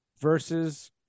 versus